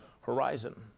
horizon